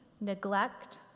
neglect